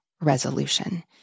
resolution